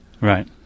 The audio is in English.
Right